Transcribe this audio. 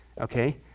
Okay